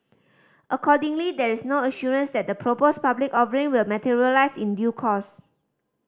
accordingly there is no assurance that the proposed public offering will materialise in due course